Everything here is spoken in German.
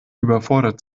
überfordert